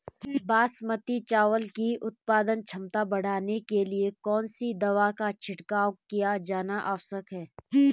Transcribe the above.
बासमती चावल की उत्पादन क्षमता बढ़ाने के लिए कौन सी दवा का छिड़काव किया जाना आवश्यक है?